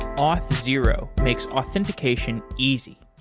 um ah zero makes authentication easy.